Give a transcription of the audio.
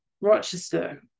Rochester